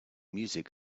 music